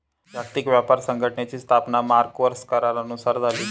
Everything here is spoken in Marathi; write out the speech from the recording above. जागतिक व्यापार संघटनेची स्थापना मार्क्वेस करारानुसार झाली